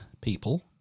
people